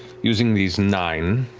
using these nine.